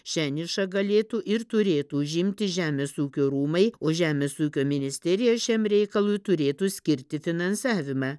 šią nišą galėtų ir turėtų užimti žemės ūkio rūmai o žemės ūkio ministerija šiam reikalui turėtų skirti finansavimą